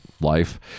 life